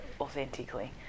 authentically